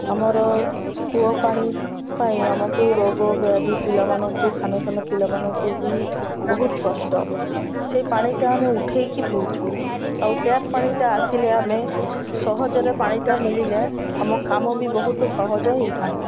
ଆମର କୂଅ ପାଣି ପାଇଁ ଆମକୁ ରୋଗ ବ୍ୟାଧି ପିଲାମାନଙ୍କୁ ସାନସାନ ପିଲାମାନଙ୍କୁ ବି ବହୁତ କଷ୍ଟ ସେଇ ପାଣିଟା ଆମେ ଉଠେଇକି ପିଉଛୁ ଆଉ ଟ୍ୟାପ୍ ପାଣିଟା ଆସିଲେ ଆମେ ସହଜରେ ପାଣିଟା ମଳିଲେ ଆମ କାମ ବି ବହୁତ ସହଜ ହୋଇଥାନ୍ତା